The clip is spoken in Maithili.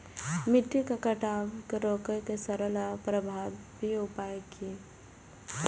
मिट्टी के कटाव के रोके के सरल आर प्रभावी उपाय की?